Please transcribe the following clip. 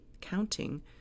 counting